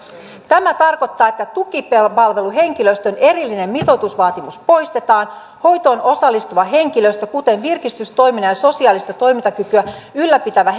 tämä tarkoittaa että tukipalveluhenkilöstön erillinen mitoitusvaatimus poistetaan hoitoon osallistuva henkilöstö kuten virkistystoiminnan ja sosiaalista toimintakykyä ylläpitävä